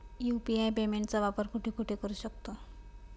UPI पेमेंटचा वापर कुठे कुठे करू शकतो?